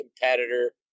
competitor